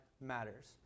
matters